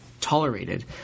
tolerated